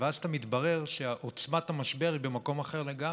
ואז מתברר שעוצמת המשבר היא במקום אחר לגמרי,